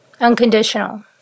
unconditional